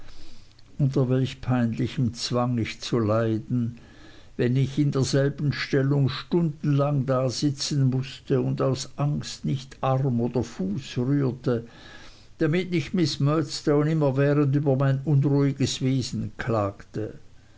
unter welch peinlichem zwang hatte ich zu leiden wenn ich in derselben stellung stundenlang dasitzen mußte und aus angst nicht arm oder fuß rührte damit nicht miß murdstone immerwährend über mein unruhiges wesen klagte